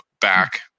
back